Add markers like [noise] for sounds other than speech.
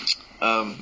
[noise] um